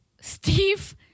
Steve